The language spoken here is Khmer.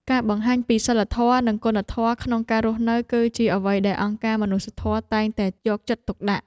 ការបង្ហាញពីសីលធម៌និងគុណធម៌ក្នុងការរស់នៅគឺជាអ្វីដែលអង្គការមនុស្សធម៌តែងតែយកចិត្តទុកដាក់។